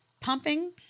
pumping